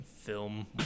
film